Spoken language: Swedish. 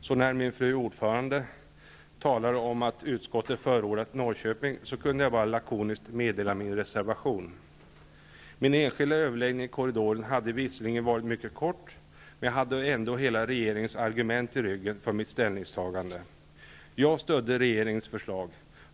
Så när min fru ordförande talade om att utskottet förordat Norrköping, kunde jag bara lakoniskt meddela min reservation. Min enskilda överläggning i korridoren hade visserligen varit mycket kort, men jag hade ju ändå hela regeringens argument i ryggen för mitt ställningstagande. Jag stödde regeringens förslag.